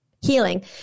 Healing